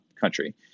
country